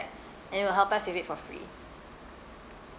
and will help us with it for free